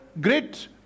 great